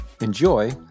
enjoy